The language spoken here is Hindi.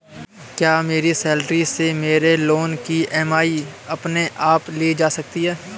क्या मेरी सैलरी से मेरे लोंन की ई.एम.आई अपने आप ली जा सकती है?